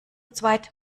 zweit